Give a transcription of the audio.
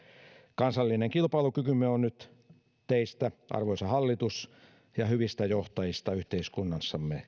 kansallinen kilpailukykymme on nyt kiinni teistä arvoisa hallitus ja hyvistä johtajista yhteiskunnassamme